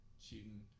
shooting